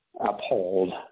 uphold